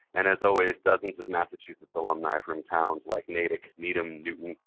and as always, dozens of massachusetts alumni from towns like natick, needham, newton,